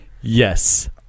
Yes